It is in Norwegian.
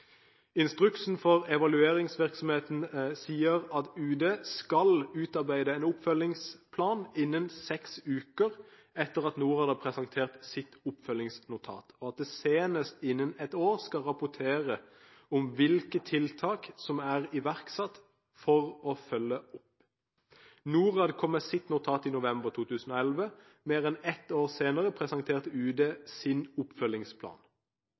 Instruksen for evalueringsvirksomheten sier at UD skal utarbeide en oppfølgingsplan innen seks uker etter at Norad har presentert sitt oppfølgingsnotat, og at det senest innen ett år skal rapportere om hvilke tiltak som er iverksatt for å følge opp. Norad kom med sitt notat i november 2011. Mer enn ett år senere presenterte UD sin oppfølgingsplan.